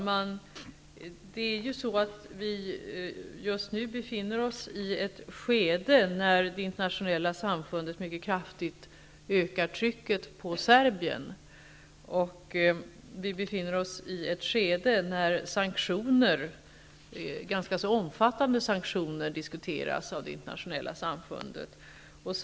Herr talman! Vi befinner oss just nu i ett skede när det internationella samfundet mycket kraftigt ökar trycket på Serbien och diskuterar ganska omfattande sanktioner.